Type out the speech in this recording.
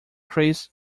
chris